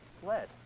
fled